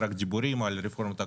רק דיבורים על רפורמת הקורנפלקס,